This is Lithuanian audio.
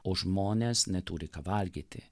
o žmonės neturi ką valgyti